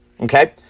Okay